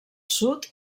sud